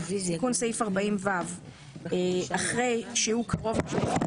תיקון סעיף 40ו 8. אחרי "שהוא קרוב משפחתו"